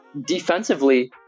defensively